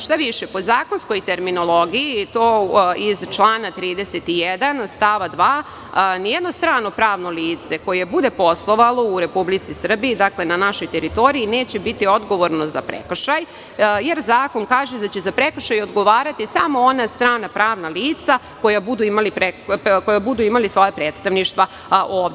Štaviše, po zakonskoj terminologiji iz člana 31. stav 2. nijedno strano pravno lice koje bude poslovalo u Republici Srbiji, na našoj teritoriji, neće biti odgovorno za prekršaj, jer zakon kaže da će za prekršaj odgovarati samo ona strana pravna lica koja budu imali svoja predstavništva ovde.